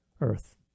earth